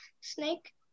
snake